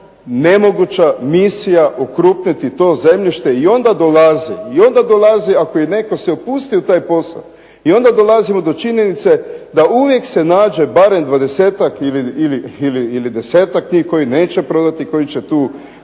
to nemoguća misija okrupniti to zemljište i onda dolazi ako i netko se upusti u taj posao i onda dolazimo do činjenice da uvijek se nađe barem 20-ak ili 10-ak njih koji neće prodati, koji će tu